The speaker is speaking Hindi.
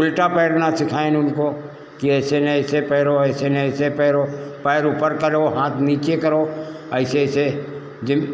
उल्टा तैरना सिखाए उनको कि ऐसे नहीं ऐसे पैरो ऐसे नहीं ऐसे पैरो पैर ऊपर करो हाथ नीचे करो ऐसे ऐसे जिम